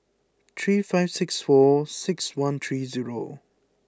three five six four six one three zero